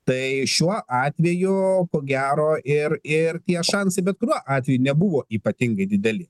tai šiuo atveju ko gero ir ir tie šansai bet kuriuo atveju nebuvo ypatingai dideli